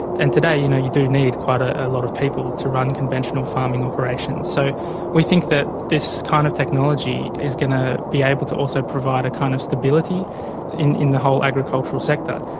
and today you know you do need quite a lot of people to run conventional farming operations. so we think that this kind of technology is going to be able to also provide a kind of stability in in the whole agricultural sector.